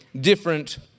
different